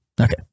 Okay